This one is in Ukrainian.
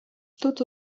тут